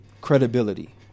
credibility